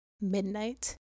Midnight